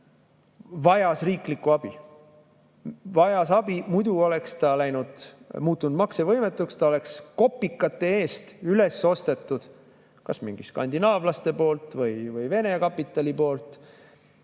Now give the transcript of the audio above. vajas riigi abi, muidu oleks ta muutunud maksevõimetuks, ta oleks kopikate eest üles ostetud kas mingite skandinaavlaste poolt või Vene kapitali poolt.